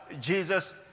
Jesus